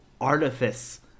artifice